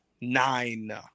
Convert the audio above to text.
Nine